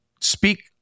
speak